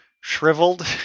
shriveled